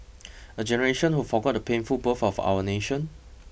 a generation who forgot the painful birth of our nation